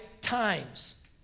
times